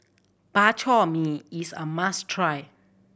Bak Chor Mee is a must try